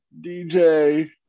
DJ